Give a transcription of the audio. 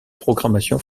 programmation